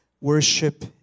worship